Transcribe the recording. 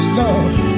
love